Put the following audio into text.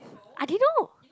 I didn't know